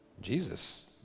Jesus